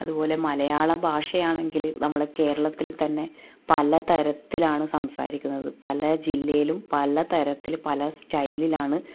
അതുപോലെ മലയാള ഭാഷയാണെങ്കിൽ നമ്മളെ കേരളത്തിൽ തന്നെ പല തരത്തിലാണ് സംസാരിക്കുന്നത് പല ജില്ലയിലും പല തരത്തിൽ പല സ്റ്റൈലിൽ ആണ്